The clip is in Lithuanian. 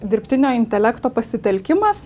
dirbtinio intelekto pasitelkimas